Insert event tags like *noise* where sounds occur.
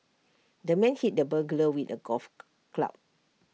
the man hit the burglar with A golf *noise* club